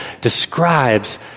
describes